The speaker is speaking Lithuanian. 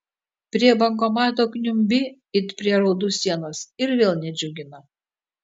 prie bankomato kniumbi it prie raudų sienos ir vėl nedžiugina